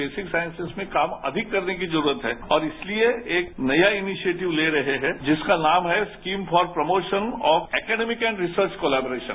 basic sciences में काम अधिक करने की जरूरत है और इसलिए एक नया इनीशिएटिव ले रहे हैं जिसका नाम है scheme for promotion of academic and research collaboration